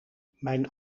mijn